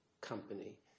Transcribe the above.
company